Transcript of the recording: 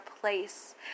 place